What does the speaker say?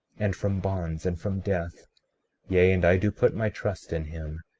and from bonds, and from death yea, and i do put my trust in him,